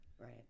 Right